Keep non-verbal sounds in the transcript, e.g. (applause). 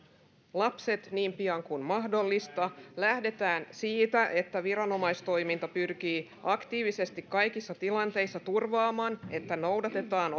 lapset niin pian kuin mahdollista lähdetään siitä että viranomaistoiminta pyrkii aktiivisesti kaikissa tilanteissa turvaamaan että noudatetaan (unintelligible)